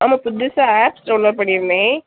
ஆமாம் புதுசா apps download பண்ணியிருந்தேன்